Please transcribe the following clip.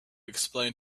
explain